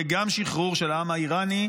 אלא יהיה גם שחרור של העם האיראני,